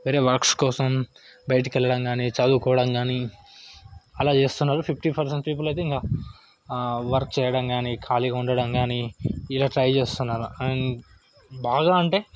వేరే వర్క్స్ కోసం బయటికెళ్ళడం కానీ చదువుకోవడం కానీ అలా చేస్తున్నారు ఫిఫ్టీ పర్సెంట్ పీపుల్ అయితే ఇంకా వర్క్ చేయడం కానీ ఖాళీగా ఉండడం కానీ ఏదో ట్రై చేస్తున్నారు అండ్ బాగా అంటే